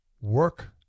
work